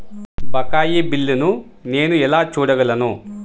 బకాయి బిల్లును నేను ఎలా చూడగలను?